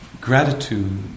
gratitude